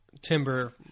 timber